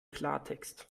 klartext